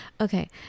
Okay